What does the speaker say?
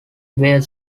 where